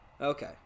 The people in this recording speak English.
okay